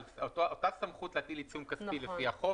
אותה סמכות להטיל עיצום כספי לפי החוק